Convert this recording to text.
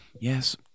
Yes